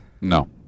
No